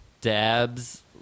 dabs